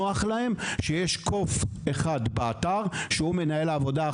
נוח להם שיש "קוף" אחד באתר שהוא מנהל העבודה,